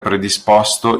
predisposto